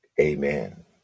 Amen